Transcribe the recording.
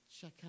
check